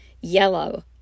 Yellow